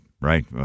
right